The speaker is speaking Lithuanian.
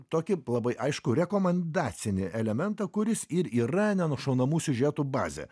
tokį labai aiškų rekomendacinį elementą kuris ir yra nenušaunamų siužetų bazė